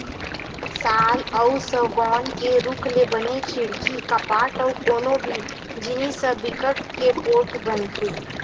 साल अउ सउगौन के रूख ले बने खिड़की, कपाट अउ कोनो भी जिनिस ह बिकट के पोठ बनथे